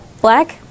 Black